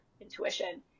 intuition